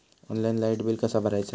Online light bill कसा भरायचा?